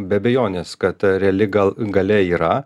be abejonės kad reali gal galia yra